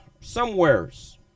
somewheres